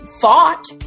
thought